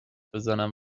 بزنن